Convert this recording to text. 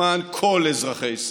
למען כל אזרחי ישראל.